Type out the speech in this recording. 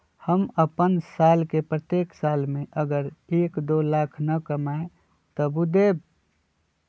हम अपन साल के प्रत्येक साल मे अगर एक, दो लाख न कमाये तवु देम?